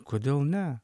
kodėl ne